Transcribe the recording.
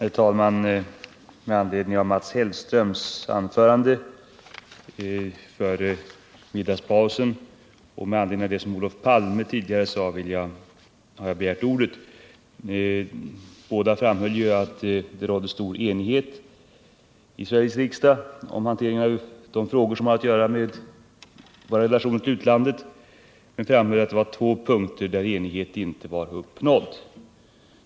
Herr talman! Med anledning av Mats Hellströms anförande före middagspausen och det Olof Palme sade tidigare har jag begärt ordet. Båda framhöll att det råder stor enighet i Sveriges riksdag om hanteringen av de frågor som har att göra med våra relationer till utlandet, men att det var två punkter där enighet inte var uppnådd.